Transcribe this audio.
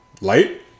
light